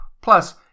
plus